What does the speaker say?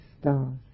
stars